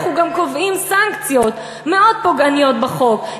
אנחנו גם קובעים סנקציות מאוד פוגעניות בחוק,